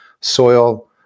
soil